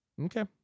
Okay